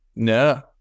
no